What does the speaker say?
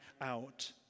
out